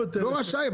לא רשאי.